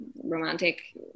romantic